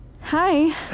Hi